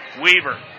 Weaver